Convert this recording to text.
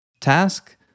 task